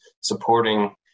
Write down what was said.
supporting